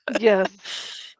Yes